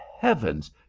heavens